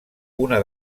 una